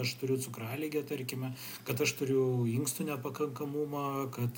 aš turiu cukraligę tarkime kad aš turiu inkstų nepakankamumą kad